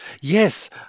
Yes